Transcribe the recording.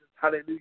hallelujah